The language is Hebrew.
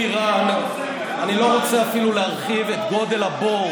אני לא רוצה אפילו להרחיב את גודל הבור